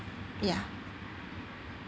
ya